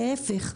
להפך.